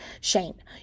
Shane